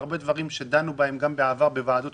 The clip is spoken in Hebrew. הרבה דברים שדנו בהם גם בעבר בוועדות,